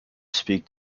speak